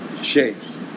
Changed